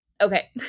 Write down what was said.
Okay